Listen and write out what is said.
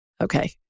Okay